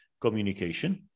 communication